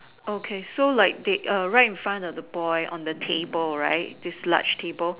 okay so like they err right in front of the boy on the table right this large table